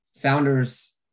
Founders